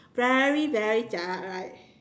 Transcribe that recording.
very very jialat right